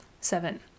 Seven